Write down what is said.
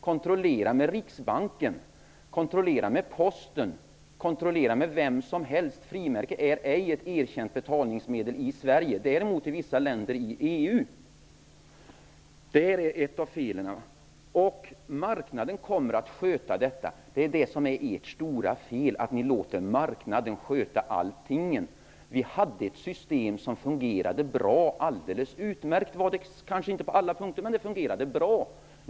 Kontrollera med Riksbanken, med Posten eller med vem som helst! Frimärke är ej ett erkänt betalningsmedel i Sverige, däremot i vissa länder i EU. Här har vi ett av felen i handläggningen. Vad gäller att marknaden kommer att sköta detta vill jag säga att det är ert stora fel att ni låter marknaden sköta allting. Vi hade ett system som fungerade bra. Det var kanske inte alldeles utmärkt på alla punkter, men det fungerade bra.